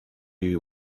you